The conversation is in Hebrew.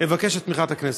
אני מבקש את תמיכת הכנסת.